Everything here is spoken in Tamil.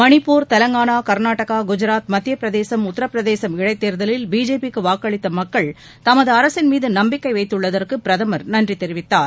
மணிப்பூர் தெலுங்கானா கர்நாடகா குஜாத் மத்திய பிரதேசம் உத்தரபிரதேசம் இடைத் தேர்தலில் பிஜேபிக்கு வாக்களித்த மக்கள் தமது அரசின் மீது நம்பிக்கை வைத்துள்ளதற்கு பிரதமர் நன்றி தெரிவித்தார்